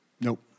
Nope